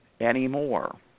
anymore